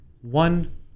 One